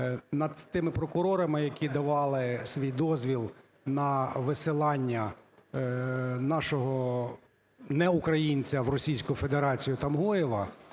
над тими прокурорами, які давали свій дозвіл на висилання нашого неукраїнця в Російську Федерацію Тумгоєва,